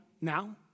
now